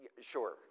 Sure